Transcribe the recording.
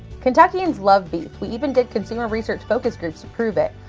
kentuckians love beef, we even did consumer research focus groups to prove it,